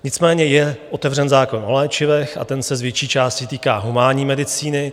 Nicméně je otevřen zákon o léčivech, a ten se z větší části týká humánní medicíny.